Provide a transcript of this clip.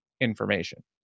information